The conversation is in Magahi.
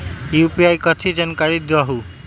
यू.पी.आई कथी है? जानकारी दहु